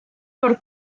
por